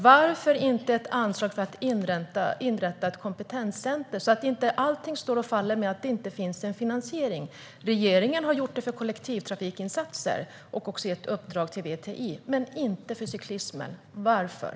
Varför inte ett anslag för att inrätta ett kompetenscenter, så att inte allting står och faller med att det inte finns en finansiering? Regeringen har gjort det för kollektivtrafikinsatser och också gett ett uppdrag till VTI, men det har den inte gjort för cyklismen. Varför?